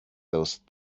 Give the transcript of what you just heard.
those